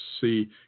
see